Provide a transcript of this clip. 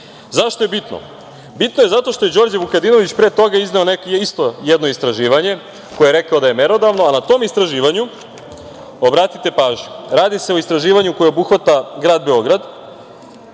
Zašto je bitno? Bitno je zato što je Đorđe Vukadinović pre toga izneo isto jedno istraživanje, koje je rekao da je merodavno, a na tom istraživanju, obratite pažnju, radi se o istraživanju koje obuhvata grad Beograd